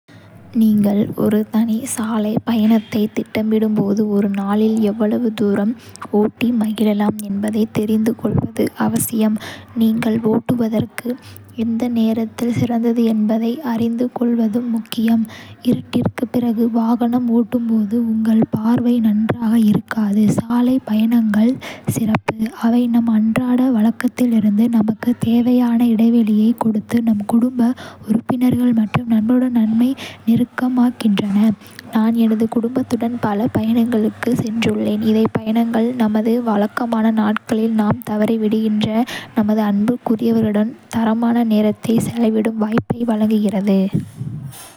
நீங்கள் ஒரு தனி சாலைப் பயணத்தைத் திட்டமிடும்போது, ​​ஒரு நாளில் எவ்வளவு தூரம் ஓட்டி மகிழலாம் என்பதைத் தெரிந்துகொள்வது அவசியம். நீங்கள் ஓட்டுவதற்கு எந்த நேரத்தில் சிறந்தது என்பதை அறிந்து கொள்வதும் முக்கியம். இருட்டிற்குப் பிறகு வாகனம் ஓட்டும்போது உங்கள் பார்வை நன்றாக இருக்காது. சாலைப் பயணங்கள் சிறப்பு. அவை நம் அன்றாட வழக்கத்திலிருந்து நமக்குத் தேவையான இடைவெளியைக் கொடுத்து, நம் குடும்ப உறுப்பினர்கள் மற்றும் நண்பர்களுடன் நம்மை நெருக்கமாக்குகின்றன. நான் எனது குடும்பத்துடன் பல பயணங்களுக்கு சென்றுள்ளேன். இந்தப் பயணங்கள், நமது வழக்கமான நாட்களில் நாம் தவறவிடுகின்ற நமது அன்புக்குரியவர்களுடன் தரமான நேரத்தைச் செலவிடும் வாய்ப்பை வழங்குகிறது.